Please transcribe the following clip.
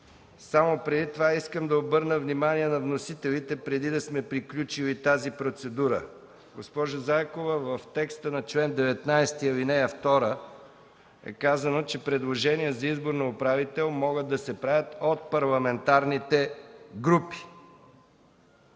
е приет. Искам да обърна внимание на вносителите, преди да сме приключили с тази процедура – госпожо Заякова, в текста на чл. 19, ал. 2 е казано, че предложения за избор на управител могат да се правят от парламентарните групи,